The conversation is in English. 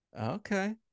Okay